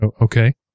Okay